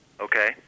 Okay